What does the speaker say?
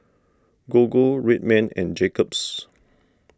Gogo Red Man and Jacob's